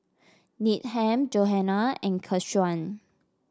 Needham Johanna and Keshawn